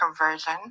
conversion